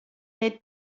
nid